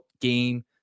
game